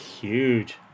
Huge